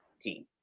team